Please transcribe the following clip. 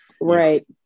Right